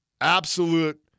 absolute